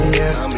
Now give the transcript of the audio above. yes